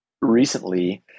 recently –